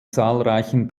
zahlreichen